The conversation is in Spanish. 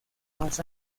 más